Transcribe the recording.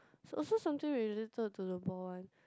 it's also something related to the ball one